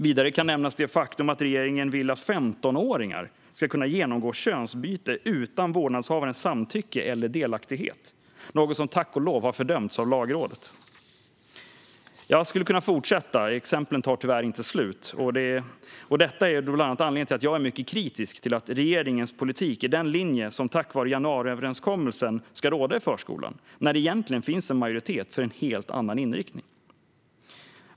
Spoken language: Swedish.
Vidare kan det faktum nämnas att regeringen vill att 15-åringar ska kunna genomgå könsbyte utan vårdnadshavarens samtycke eller delaktighet, något som tack och lov har fördömts av Lagrådet. Jag skulle kunna fortsätta med exempel. De tar tyvärr inte slut. Detta är anledningen till att jag är mycket kritisk till att regeringens politik är den linje som tack vare januariöverenskommelsen ska råda i förskolan när det egentligen finns en majoritet för en helt annan inriktning.